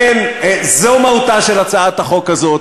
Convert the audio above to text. אין יום שהיא לא מדברת בשבחם,